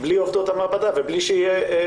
בלי עובדי המעבדה ובלי הבדיקות.